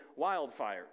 wildfires